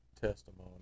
testimony